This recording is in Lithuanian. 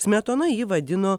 smetona jį vadino